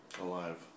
Alive